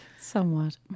Somewhat